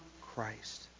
Christ